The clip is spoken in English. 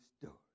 story